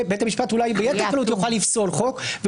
שבית המשפט יוכל אולי לפסול חוק ביתר קלות,